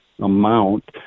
amount